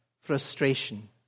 frustration